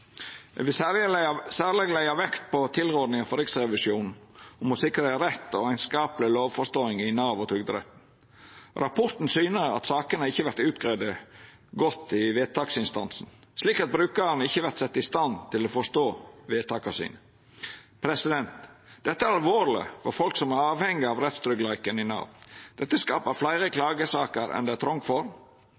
Eg vil særleg leggja vekt på tilrådinga frå Riksrevisjonen om å sikra ei rett og einskapleg lovforståing i Nav og Trygderetten. Rapporten syner at sakene ikkje vert godt greidde ut i vedtaksinstansen, slik at brukaren ikkje vert sett i stand til å forstå vedtaka sine. Dette er alvorleg for folk som er avhengige av rettstryggleiken i Nav. Dette skapar fleire klagesaker enn det er trong for.